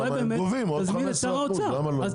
יש